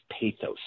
pathos